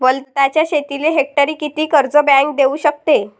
वलताच्या शेतीले हेक्टरी किती कर्ज बँक देऊ शकते?